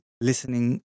listening